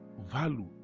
value